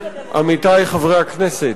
עמיתי חברי הכנסת,